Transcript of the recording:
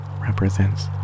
represents